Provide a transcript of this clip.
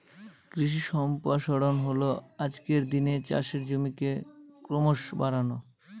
কৃষি সম্প্রসারণ হল আজকের দিনে চাষের জমিকে ক্রমশ বাড়ানো